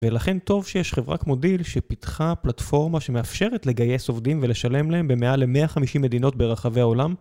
ולכן טוב שיש חברה כמו דיל, שפיתחה פלטפורמה שמאפשרת לגייס עובדים ולשלם להם במעל ל-150 מדינות ברחבי העולם